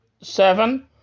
seven